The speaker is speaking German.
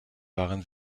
waren